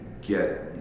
get